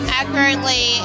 accurately